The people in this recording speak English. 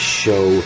show